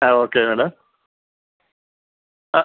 ആ okay madam ആ